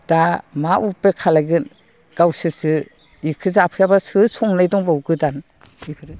दा मा उफाय खालामगोन गावसोरसो बेखौ जाफैयाबा सोर संनाय दंबावो गोदान बेफोरो